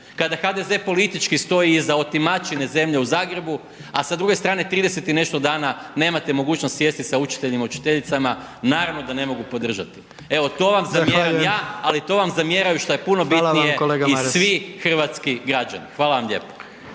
kada HDZ politički stoji iza otimačine zemlje u Zagrebu a sa druge strane 30 i nešto dana nemate mogućnosti sjesti sa učiteljima i učiteljicama, naravno da ne mogu podržati. Evo to vam zamjeram ja ali to vam zamjeraju šta je puno bitnije i svi hrvatski građani. Hvala vam lijepo.